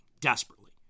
desperately